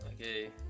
okay